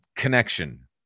connection